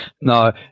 no